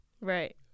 right